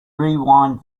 rewind